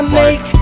make